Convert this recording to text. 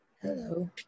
Hello